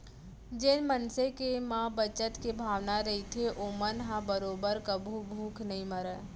जेन मनसे के म बचत के भावना रहिथे ओमन ह बरोबर कभू भूख नइ मरय